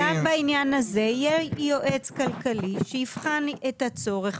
אז גם בעניין הזה יהיה יועץ כלכלי שיבחן את הצורך,